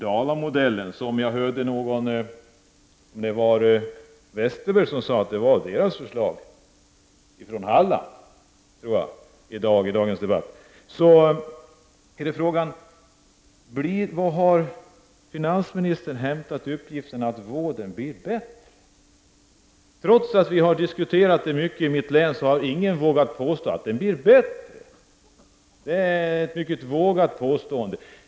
Jag hörde någon talare, jag tror att det var Bengt Westerberg, som i dagens debatt sade att detta var deras förslag och att det kom från Halland. Frågan är då: Varifrån har finansministern hämtat uppgiften att vården blir bättre med den modellen? Trots att vi har diskuterat den här frågan mycket i mitt hemlän har ingen vågat påstå att det blir bättre. Det är ett mycket vågat påstående.